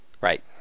Right